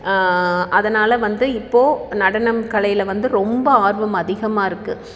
அதனால் வந்து இப்போது நடனம் கலையில் வந்து ரொம்ப ஆர்வம் அதிகமாக இருக்குது